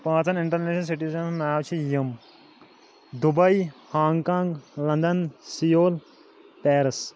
پانٛژن international citizen ہُنٛد ناو چھِ یِم Dubai Hong Kong London Seoul Paris